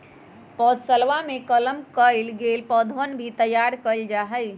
पौधशलवा में कलम कइल गैल पौधवन भी तैयार कइल जाहई